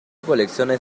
colecciones